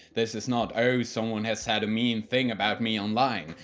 this is not oh, someone has said a mean thing about me online.